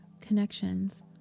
connections